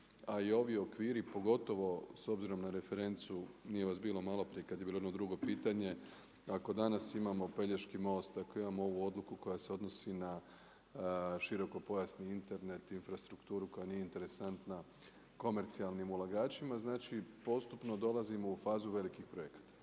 a i ovi okviri pogotovo s obzirom na referencu, nije vas bilo maloprije kada je bilo ono drugo pitanje. Ako danas imamo Pelješki most, ako imamo ovu odluku koja se odnosi na širokopojasni Internet, infrastrukturu koja nije interesantna, komercijalnim ulagačima. Znači postupno dolazimo u fazu velikih projekata